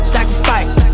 Sacrifice